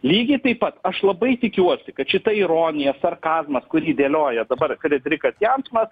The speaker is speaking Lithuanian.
lygiai taip pat aš labai tikiuosi kad šita ironija sarkazmas kurį dėlioja dabar frederikas jansonas